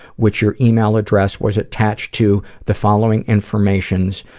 which your email address was attached to the following informations,